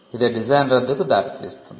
ఇది డిజైన్ రద్దుకు దారితీస్తుంది